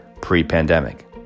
pre-pandemic